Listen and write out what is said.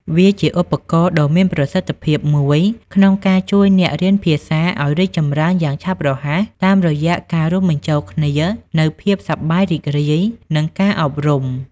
វាជាឧបករណ៍ដ៏មានប្រសិទ្ធភាពមួយក្នុងការជួយអ្នករៀនភាសាឲ្យរីកចម្រើនយ៉ាងឆាប់រហ័ស តាមរយៈការរួមបញ្ចូលគ្នានូវភាពសប្បាយរីករាយ និងការអប់រំ។